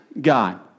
God